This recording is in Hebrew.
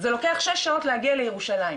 זה לוקח שש שעות להגיע לירושלים.